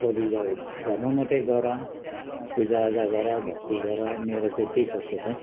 पटि जौ धर्म मात्रै गर पुजा आजा गर भक्ति गर मेरो चाहिँ त्यही छ सोचाइ